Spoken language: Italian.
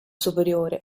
superiore